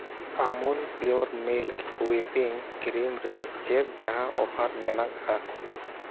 ᱟᱢᱩᱞ pure milk whipping cream ᱨᱮ ᱪᱮᱫ ᱡᱟᱦᱟᱸ ᱚᱯᱷᱟᱨ ᱢᱮᱱᱟᱜᱼᱟ